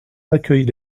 accueille